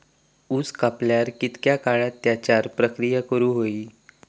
ऊस कापल्यार कितके काळात त्याच्यार प्रक्रिया करू होई?